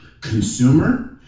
consumer